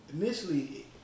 initially